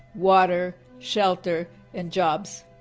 water shelter and jobs.